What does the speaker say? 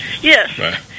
yes